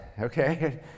Okay